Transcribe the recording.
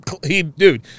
dude